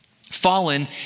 fallen